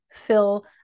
fill